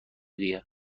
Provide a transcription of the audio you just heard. دیگه